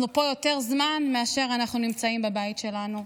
אנחנו פה יותר זמן מאשר אנחנו נמצאים בבית שלנו.